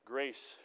Grace